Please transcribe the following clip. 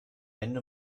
ende